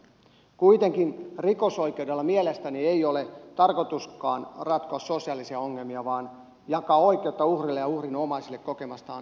kuitenkaan rikosoikeudella mielestäni ei ole tarkoituskaan ratkoa sosiaalisia ongelmia vaan jakaa oikeutta uhrille ja uhrin omaisille kokemastaan kärsimyksestä